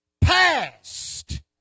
past